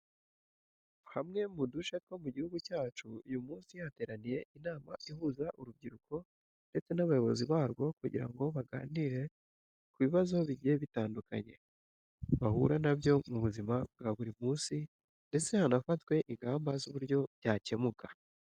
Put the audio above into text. Hamwe mu duce two mu gihugu cyacu, uyu munsi hateraniye inama ihuza urubyiruko ndetse n'abayobozi barwo kugira ngo baganire ku bibazo bigiye bitandukanye bahura na byo mu buzima bwa buri munsi ndetse hanafatwe ingamba z'uburyo byakemuka.